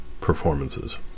performances